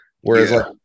whereas